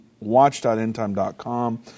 watch.endtime.com